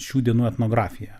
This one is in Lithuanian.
šių dienų etnografija